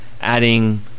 adding